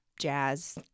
jazz